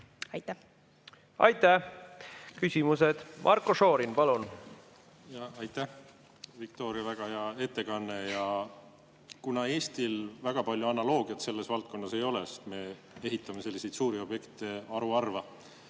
palun! Aitäh! Küsimused. Marko Šorin, palun! Aitäh! Viktoria, väga hea ettekanne! Kuna Eestil väga palju analoogiat selles valdkonnas ei ole, sest me ehitame selliseid suuri objekte haruharva